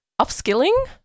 upskilling